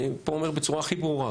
אני פה אומר בצורה הכי ברורה,